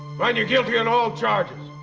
find you guilty on all charges!